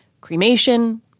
Cremation